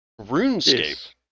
RuneScape